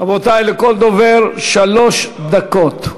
רבותי, לכל דובר שלוש דקות.